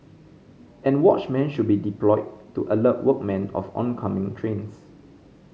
and watchmen should be deployed to alert workmen of oncoming trains